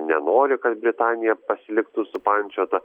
nenori kad britanija pasiliktų supančiota